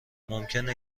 ممکنه